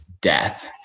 death